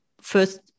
first